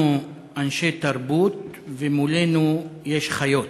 אנחנו אנשי תרבות ומולנו יש חיות.